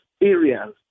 areas